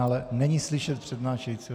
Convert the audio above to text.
Ale není slyšet přednášejícího.